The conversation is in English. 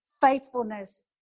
faithfulness